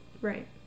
Right